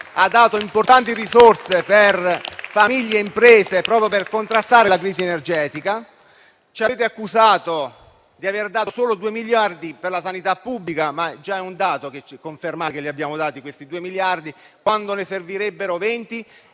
ha dato importanti risorse per famiglie e imprese, proprio per contrastare la crisi energetica. Ci avete accusato di aver dato solo due miliardi per la sanità pubblica (ma già è un dato confermare che abbiamo dato questi due miliardi), quando ne servirebbero 20